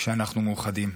כשאנחנו מאוחדים.